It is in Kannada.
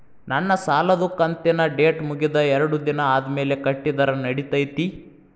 ನನ್ನ ಸಾಲದು ಕಂತಿನ ಡೇಟ್ ಮುಗಿದ ಎರಡು ದಿನ ಆದ್ಮೇಲೆ ಕಟ್ಟಿದರ ನಡಿತೈತಿ?